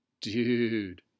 Dude